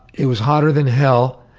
it was hotter than hell,